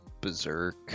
Berserk